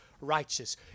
righteous